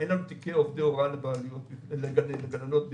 תיקי עובדי הוראה לגננות בבעלויות.